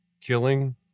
killing